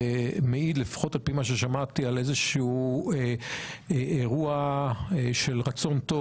מעיד לפחות על-פי מה ששמעתי על איזשהו אירוע של רצון טוב